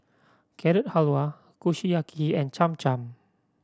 Carrot Halwa Kushiyaki and Cham Cham